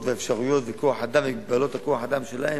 והאפשרויות ומגבלות כוח-האדם שלהם,